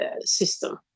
system